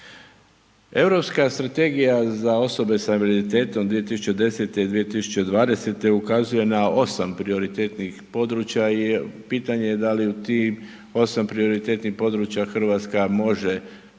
Europska strategija za osobe sa invaliditetom 2010. i 2020. ukazuje na 8 prioritetnih područja i pitanje je da li u tih 8 prioritetnih područja Hrvatska može pokazati